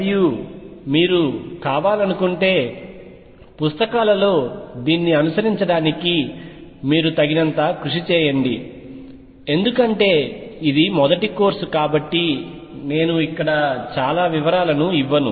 మరియు మీరు కావాలనుకుంటే పుస్తకాలలో దీన్ని అనుసరించడానికి మీరు తగినంత కృషి చేయండి ఎందుకంటే ఇది మొదటి కోర్సు కాబట్టి నేను ఇక్కడ చాలా వివరాలను ఇవ్వను